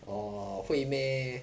oh 会 meh